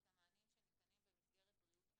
המענים שניתנים במסגרת בריאות הנפש.